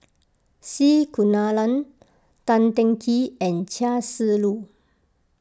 C Kunalan Tan Teng Kee and Chia Shi Lu